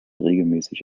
regelmäßig